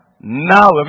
Now